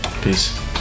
Peace